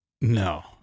no